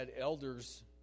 elders